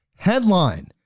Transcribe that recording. Headline